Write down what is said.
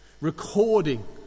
recording